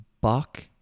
buck